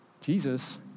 Jesus